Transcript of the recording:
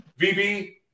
VB